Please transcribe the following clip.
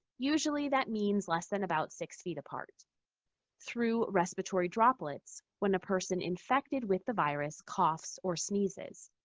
usually that means less than about six feet apart through respiratory droplets when the person infected with the virus coughs or sneezes.